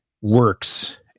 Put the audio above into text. works